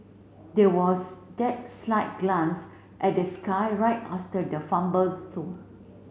there was that slight glance at the sky right after the fumble